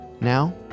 Now